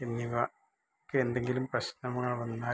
എന്നിവയ്ക്കെന്തെങ്കിലും പ്രശ്നങ്ങൾ വന്നാൽ